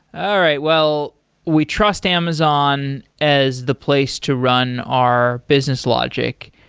all right, well we trust amazon as the place to run our business logic,